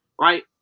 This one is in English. right